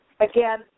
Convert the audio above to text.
Again